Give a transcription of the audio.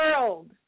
world